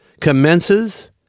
commences